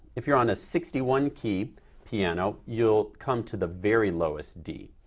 if you're on a sixty one key piano, you'll come to the very lowest d.